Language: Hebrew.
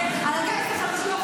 --- על הגיס החמישי,